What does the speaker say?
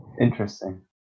Interesting